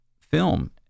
film